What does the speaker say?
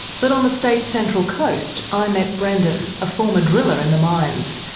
but on the state's central coast i met brendon, a former driller in the mines.